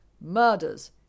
murders